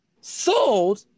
sold